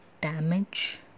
damage